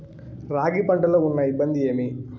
రాగి పంటలో ఉన్న ఇబ్బంది ఏమి?